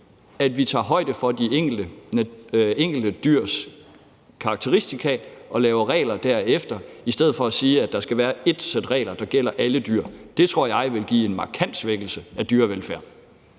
at vi tager højde for de enkelte dyrs karakteristika og laver regler derefter, i stedet for at sige at der skal være ét sæt regler, der gælder alle dyr. Det tror jeg ville give en markant svækkelse af dyrevelfærden.